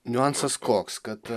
niuansas koks kad